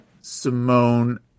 Simone